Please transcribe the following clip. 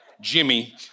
Jimmy